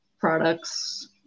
products